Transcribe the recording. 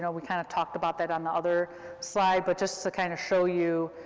so we kind of talked about that on the other slide, but just to kind of show you,